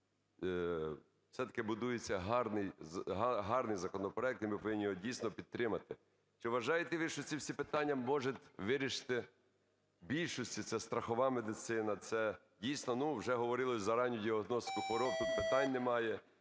все-таки будується гарний законопроект, і ми повинні його, дійсно, підтримати. Чи вважаєте ви, що ці всі питання може вирішити у більшості це страхова медицина? Це, дійсно, ну, вже говорилося за ранню діагностику хвороб, тут питань немає.